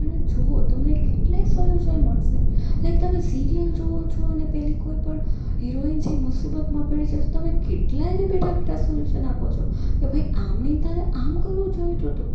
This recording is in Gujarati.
અને જુઓ તમને કેટલાય સોલ્યુસન્સ મળશે લાઇક તમે સિરિયલ જુઓ છો અને પેલી કોઈપણ હિરોઈન છે એ મુસીબતમાં પડી જશો તમે કેટલાયને બેઠાં બેઠાં સોલ્યુસન આપો છો કે ભાઈ આમ નહીં તારે આમ કરવું જોઈએ તોતો